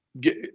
get